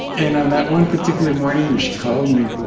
and on that one particular morning where she called me,